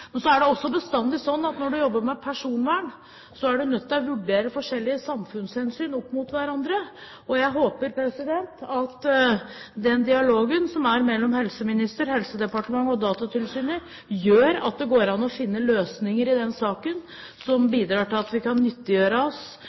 Men så er det også bestandig sånn at når du jobber med personvern, er du nødt til å vurdere forskjellige samfunnshensyn opp mot hverandre. Jeg håper at den dialogen som er mellom helseministeren, Helsedepartementet og Datatilsynet gjør at det går an å finne løsninger i den saken som bidrar til at vi kan nyttiggjøre oss